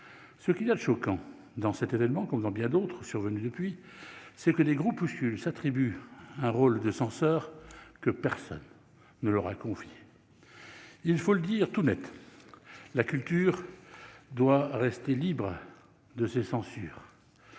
y a de choquant dans cet événement qu'on vous a bien d'autres survenus depuis, c'est que les groupuscules s'attribue un rôle de censeur que personne ne leur a confié, il faut le dire tout Net : la culture doit rester libre de se censure,